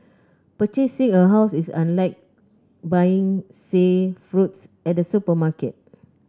purchasing a house is unlike buying say fruits at a supermarket